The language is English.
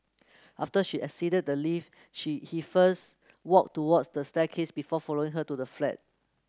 after she exited the lift she he first walked towards the staircase before following her to the flat